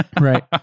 right